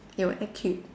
you will act cute